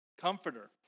comforter